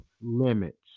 limits